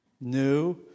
new